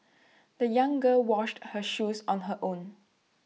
the young girl washed her shoes on her own